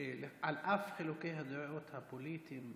שעל אף חילוקי הדעות הפוליטיים וכו',